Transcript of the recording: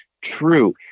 true